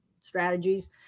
strategies